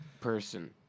person